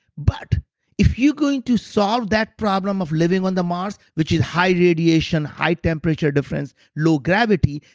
but if you're going to solve that problem of living on the mars, which is high radiation, high temperature difference, low gravity.